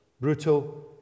brutal